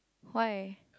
why